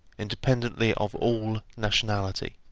independently of all nationality.